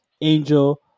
Angel